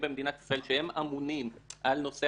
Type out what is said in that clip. שהם אמונים על נושא